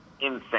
insane